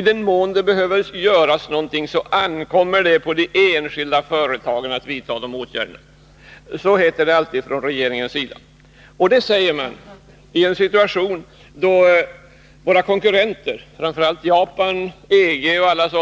I den mån det behöver göras någonting, ankommer det på de enskilda företagen att vidta de åtgärderna, heter det alltid från regeringens sida. Det säger man i en situation då våra konkurrenter, framför allt Japan och EG, är